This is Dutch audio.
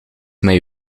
mij